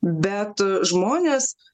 bet žmonės